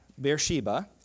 Beersheba